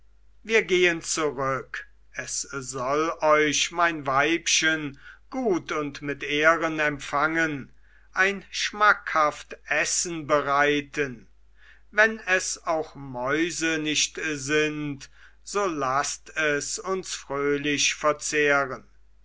wir gehen zurück es soll euch mein weibchen gut und mit ehren empfangen ein schmackhaft essen bereiten wenn es auch mäuse nicht sind so laßt es uns fröhlich verzehren